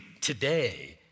today